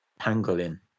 pangolin